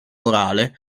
orale